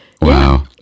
Wow